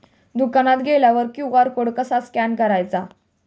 दुकानात गेल्यावर QR code कसा स्कॅन करायचा?